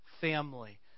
family